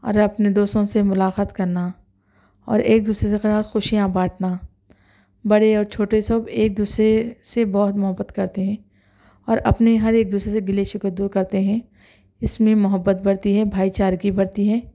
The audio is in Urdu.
اور اپنے دوستوں سے ملاقات کرنا اور ایک دوسرے کے ساتھ خوشیاں بانٹنا بڑے اور چھوٹے سب ایک دوسرے سے بہت محبت کرتے ہیں اور اپنے ہر ایک دوسرے سے گلے شکوے دور کرتے ہیں اس میں محبت بڑھتی ہے بھائی چارگی بڑھتی ہے